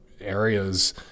areas